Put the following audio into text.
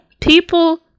people